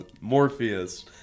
Morpheus